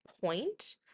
point